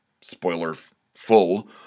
spoiler-full